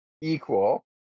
equal